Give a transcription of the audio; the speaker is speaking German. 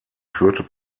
führte